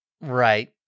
Right